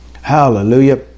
Hallelujah